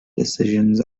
decisions